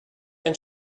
and